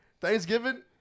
Thanksgiving